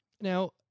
Now